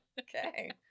Okay